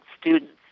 students